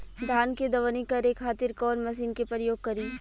धान के दवनी करे खातिर कवन मशीन के प्रयोग करी?